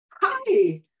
hi